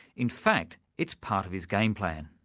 in fact it's part of his game plan.